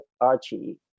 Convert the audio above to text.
Archie